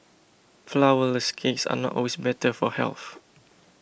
Flourless Cakes are not always better for health